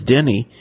Denny